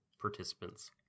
Participants